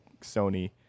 Sony